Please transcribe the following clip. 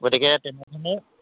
গতিকে তেনেহ'লে